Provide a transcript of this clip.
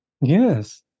Yes